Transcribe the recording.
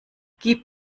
gib